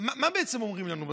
מה בעצם אומרים לנו?